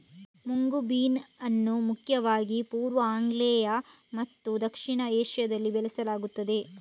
mung bean ಅನ್ನು ಮುಖ್ಯವಾಗಿ ಪೂರ್ವ, ಆಗ್ನೇಯ ಮತ್ತು ದಕ್ಷಿಣ ಏಷ್ಯಾದಲ್ಲಿ ಬೆಳೆಸಲಾಗುತ್ತದೆ